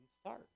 start